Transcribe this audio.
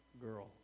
girl